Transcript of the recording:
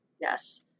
Yes